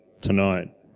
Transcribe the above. tonight